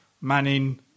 Manning